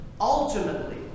Ultimately